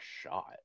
shot